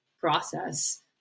process